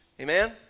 amen